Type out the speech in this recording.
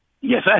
Yes